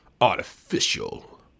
artificial